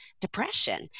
depression